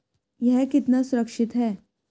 यह कितना सुरक्षित है?